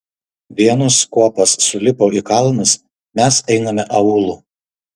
vienos kuopos sulipo į kalnus mes einame aūlu